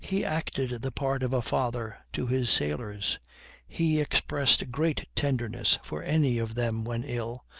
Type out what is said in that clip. he acted the part of a father to his sailors he expressed great tenderness for any of them when ill,